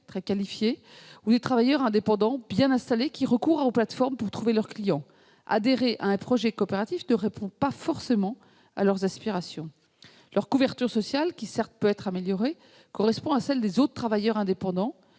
-très qualifiés ou des travailleurs indépendants bien installés, qui recourent aux plateformes pour trouver des clients ; adhérer à un projet coopératif ne répond pas forcément à leurs aspirations. Leur couverture sociale, qui pourrait, certes, être améliorée, correspond à celles des autres travailleurs indépendants